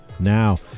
Now